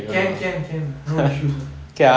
can can can [one] no issues